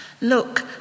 Look